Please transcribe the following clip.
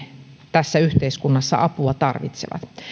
tässä yhteiskunnassa apua tarvitsevat